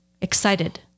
Excited